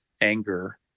anger